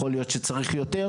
יכול להיות שצריך יותר?